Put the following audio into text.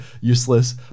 useless